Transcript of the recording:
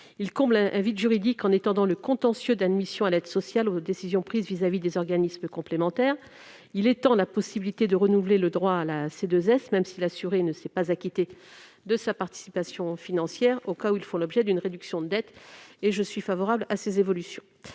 à combler un vide juridique en élargissant le contentieux d'admission à l'aide sociale aux décisions prises vis-à-vis des organismes complémentaires. Il vise à étendre la possibilité de renouveler le droit à la C2S, même si l'assuré ne s'est pas acquitté de sa participation financière, au cas où il fait l'objet d'une réduction de dette. La commission est favorable à ces évolutions.